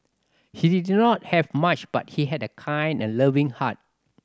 he did not have much but he had a kind and loving heart